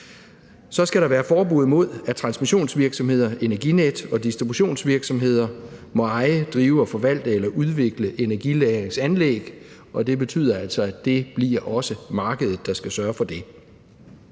Så skal der være forbud mod, at transmissionsvirksomheder, energinet og distributionsvirksomheder må eje, drive og forvalte eller udvikle energilagringsanlæg, og det betyder altså, at det også bliver markedet, der skal sørge for det.